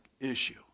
issue